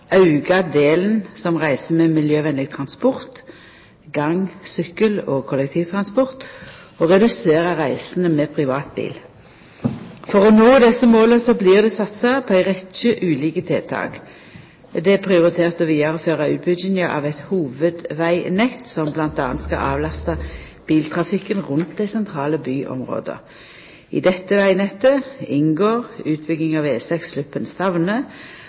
auka delen som reiser med miljøvennleg transport – gang-, sykkel- og kollektivtransport – og redusera reisene med privatbil. For å nå desse måla blir det satsa på ei rekkje ulike tiltak. Det er prioritert å vidareføra utbygginga av eit hovudvegnett som m.a. skal avlasta biltrafikken rundt dei sentrale byområda. I dette vegnettet inngår utbygging av